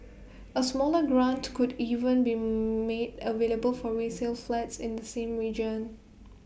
A smaller grant could even be made available for resale flats in the same region